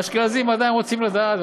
האשכנזים עדיין רוצים לדעת,